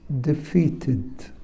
defeated